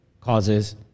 causes